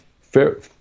fair